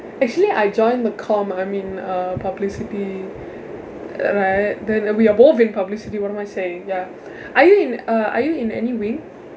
actually I join the com I'm in publicity right then we are both in publicity what am I saying ya are you in uh are you in any wing